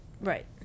Right